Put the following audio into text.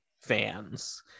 fans